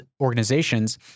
organizations